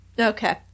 Okay